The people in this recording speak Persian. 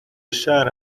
شهر